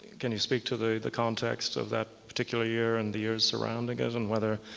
can you speak to the the context of that particular year and the years surrounding it and whether